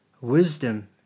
Wisdom